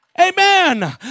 Amen